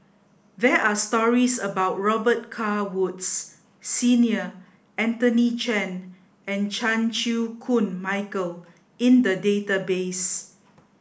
there are stories about Robet Carr Woods Senior Anthony Chen and Chan Chew Koon Michael in the database